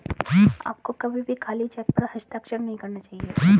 आपको कभी भी खाली चेक पर हस्ताक्षर नहीं करना चाहिए